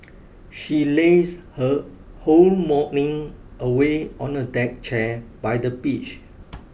she lazed her whole morning away on a deck chair by the beach